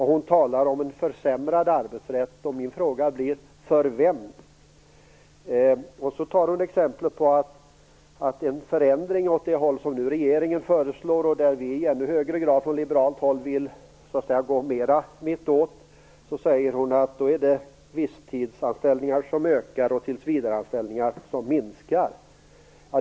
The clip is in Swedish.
Hon talar om en försämrad arbetsrätt, och min fråga blir: För vem? Som ett exempel på en förändring åt det håll som regeringen föreslår, och där vi i ännu högre grad från liberalt håll vill gå så att säga mera mittåt, säger hon att det är visstidsanställningar som ökar och tillsvidareanställningar som minskar.